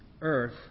Earth